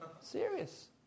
Serious